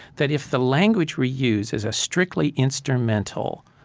that if the language we use is a strictly instrumental,